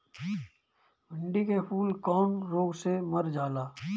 भिन्डी के फूल कौने रोग से मर जाला?